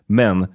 men